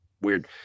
weird